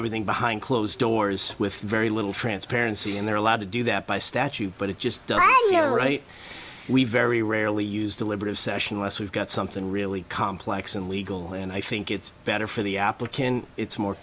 everything behind closed doors with very little transparency and they're allowed to do that by statute but it just right we very rarely use deliberative session less we've got something really complex and legal and i think it's better for the application it's more